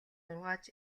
угааж